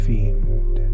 Fiend